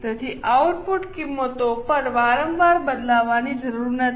તેથી આઉટપુટ કિંમતો પણ વારંવાર બદલવાની જરૂર નથી